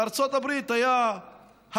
בארצות הברית היה הכלל